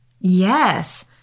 Yes